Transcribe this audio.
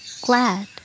Glad